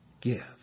give